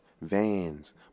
vans